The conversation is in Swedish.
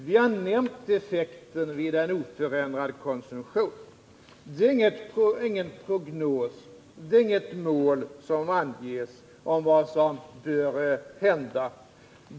Vi har nämnt effekten vid oförändrad konsumtion. Detta är ingen prognos, och det anges inget mål för vad som bör hända.